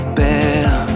better